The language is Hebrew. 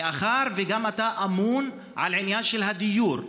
מאחר שאתה אמון גם על עניין הדיור,